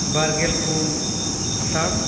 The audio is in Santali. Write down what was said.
ᱵᱟᱨᱜᱮᱞ ᱯᱩᱱ ᱟᱥᱟᱲ